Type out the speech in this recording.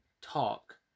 talk